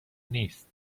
نیست